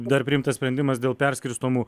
dar priimtas sprendimas dėl perskirstomų